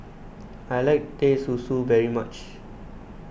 I like Teh Susu very much